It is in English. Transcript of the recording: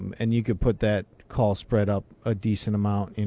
and you could put that call spread up a decent amount. and